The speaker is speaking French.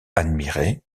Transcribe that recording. admiré